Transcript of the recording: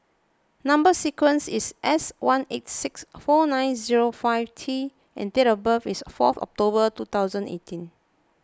Number Sequence is S one eight six four nine zero five T and date of birth is four October two thousand eighteen